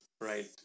Right